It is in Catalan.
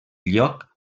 lloc